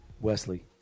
Wesley